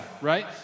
right